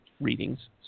readings